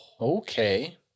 Okay